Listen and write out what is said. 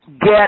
get